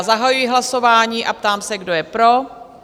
Zahajuji hlasování a ptám se, kdo je pro?